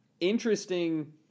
interesting